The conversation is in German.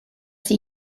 sie